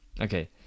okay